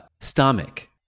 stomach